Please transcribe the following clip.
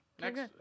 next